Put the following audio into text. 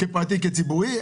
כפרטי כציבורי,